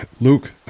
Luke